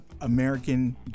American